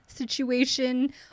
situation